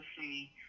see